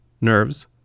nerves